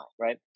Right